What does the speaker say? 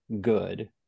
good